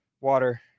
water